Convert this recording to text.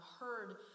heard